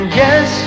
yes